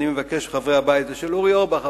היא של אורי אורבך,